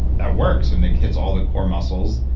that works and it hits all the core muscles.